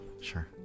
Sure